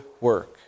work